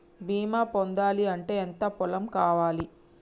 బీమా పొందాలి అంటే ఎంత పొలం కావాలి?